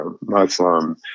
Muslim